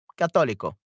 Católico